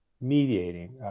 Mediating